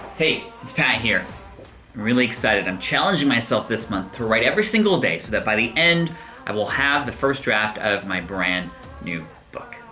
hey, it's pat here. i'm really excited. i'm challenging myself this month to write every single day so that by the end i will have the first draft of my brand new book.